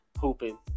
hooping